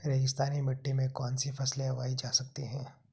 रेगिस्तानी मिट्टी में कौनसी फसलें उगाई जा सकती हैं?